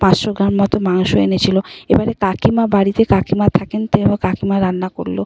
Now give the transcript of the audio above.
পাঁচশো গ্রাম মতো মাংস এনেছিল এবারে কাকিমা বাড়িতে কাকিমা থাকেন তাই আমার কাকিমা রান্না করল